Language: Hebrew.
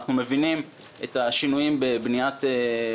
אנחנו מבינים את השינויים בעת בניית רשות